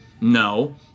no